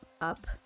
up